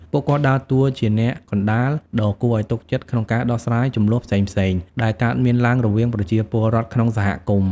ពួកគាត់ដើរតួជាអ្នកកណ្ដាលដ៏គួរឲ្យទុកចិត្តក្នុងការដោះស្រាយជម្លោះផ្សេងៗ ដែលកើតមានឡើងរវាងប្រជាពលរដ្ឋក្នុងសហគមន៍។